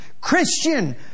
Christian